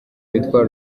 witwa